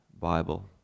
Bible